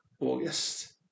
August